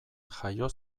jaio